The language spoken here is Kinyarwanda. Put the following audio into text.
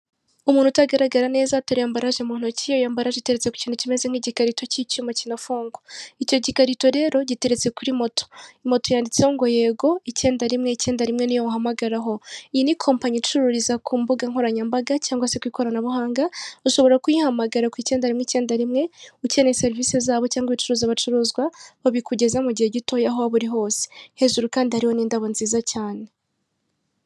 Umuntu utagaragara neza ateruye mbaraje mu ntoki. Iyo ambaraje iteretse ku kintu kimeze nk'igikarito cy'icyuma kinafungwa. Icyo gikarito rero giteretse kuri moto. Moto yanditseho ngo yego, icyenda rimwe icyenda rimwe ni yo wahamagaraho. Iyi ni kompanyi icururiza ku mbuga nkoranyambaga cyangwa se ku ikoranabuhanga. Ushobora kuyihamagara kuri icyenda icyenda rimwe ukeneye serivisi zabo cyangwa ibicuruzwa bacuruza, babikugezaho mu gihe gito aho waba uri hose. Hejuru kandi hari n'indabo nziza cyane.